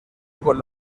con